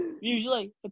Usually